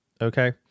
okay